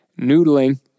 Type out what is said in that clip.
Noodling